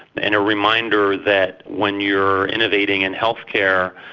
and a reminder that when you're innovating in healthcare,